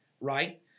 Right